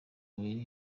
mubiri